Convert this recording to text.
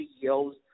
CEOs